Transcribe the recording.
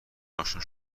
آشنا